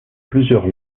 plusieurs